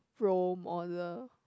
role model